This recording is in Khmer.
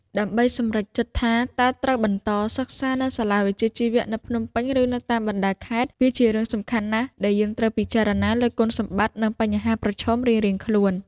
ដើម្បីសម្រេចចិត្តថាតើត្រូវបន្តការសិក្សានៅសាលាវិជ្ជាជីវៈនៅភ្នំពេញ ឬនៅតាមបណ្តាខេត្ត វាជារឿងសំខាន់ណាស់ដែលយើងត្រូវពិចារណាលើគុណសម្បត្តិ និងបញ្ហាប្រឈមរៀងៗខ្លួន។